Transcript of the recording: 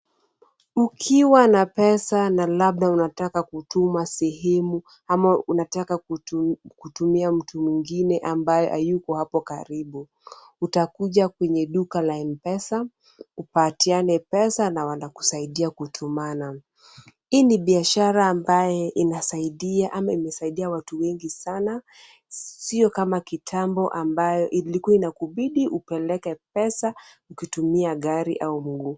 Ukiwa na pesa na labda unataka kutuma sehemu, ama unataka kutumia mtu mwingine ambayo hayuko hapo karibu, utakuja kwenye duka la M-pesa upatiane pesa na wanakusaidia kutumana. Hii ni biashara ambaye inasaidia ama imesaidia watu wengi sana, sio kama kitambo ambayo ilikuwa inakubidi upeleke pesa, ukitumia gari au mguu.